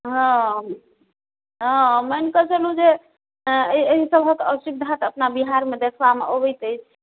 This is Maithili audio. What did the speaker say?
हँ हँ मानिके चलू जे एहि एहिसभक असुविधा तऽ अपना बिहारमे देखबामे अबैत अछि